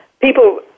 people